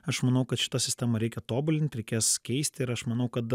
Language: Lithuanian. aš manau kad šitą sistemą reikia tobulint reikės keisti ir aš manau kad